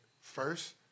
first